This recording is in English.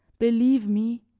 believe me,